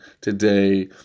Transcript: today